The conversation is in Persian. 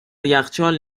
یخچال